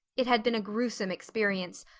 it had been a gruesome experience,